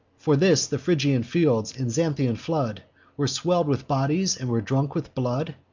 for this the phrygian fields and xanthian flood were swell'd with bodies, and were drunk with blood?